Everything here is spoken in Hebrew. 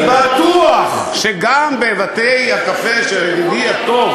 אני בטוח שגם בבתי-הקפה שידידי הטוב